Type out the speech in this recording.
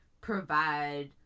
provide